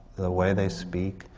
the way they speak.